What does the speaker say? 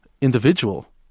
individual